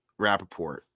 Rappaport